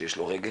שיש לו רגש.